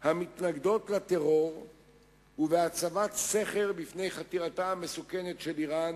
המתנגדות לטרור ובהצבת סכר בפני חתירתה המסוכנת של אירן